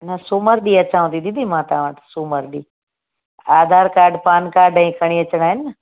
न सूमरु ॾींहुं अचांव थी दीदी मां तव्हां वटि सूमरु ॾींहुं आधार कार्ड पान कार्ड ई खणी अचणा आहिनि न